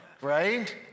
right